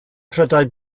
prydau